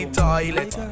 toilet